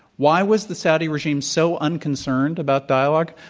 why was the saudi regime so unconcerned about dialogue?